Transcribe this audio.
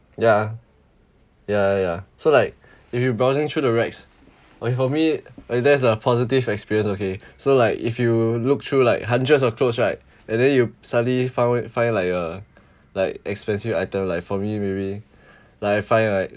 ya ya ya so like if you browsing through the racks okay for me there's a positive experience okay so like if you look through like hundreds of clothes right and then you suddenly found find like a like expensive item like for me maybe like I find like